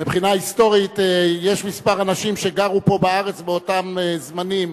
מבחינה היסטורית יש כמה אנשים שגרו פה בארץ באותם זמנים.